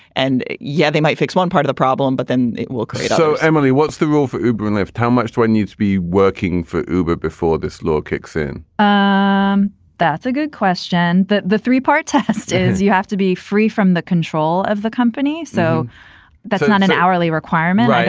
and yeah, they might fix one part of the problem, but then it will come so, emily, what's the role for uber and lyft? how much do i need to be working for uber before this law kicks in? ah um that's a good question. the the three part test is you have to be free from the control of the company so that's not an hourly requirement.